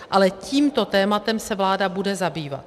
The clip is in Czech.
Ale tímto tématem se vláda bude zabývat.